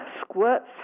squirts